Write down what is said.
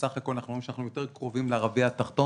בסך הכל אנחנו רואים שאנחנו יותר קרובים לרביע התחתון.